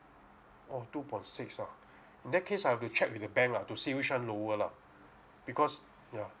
oh two point six ah in that case I have to check with the bank lah to see which one lower lah because yeah